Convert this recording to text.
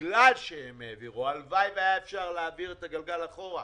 בגלל שהם העבירו והלוואי והיה אפשר להחזיר את הגלגל אחורה,